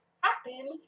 happen